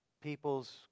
people's